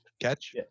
catch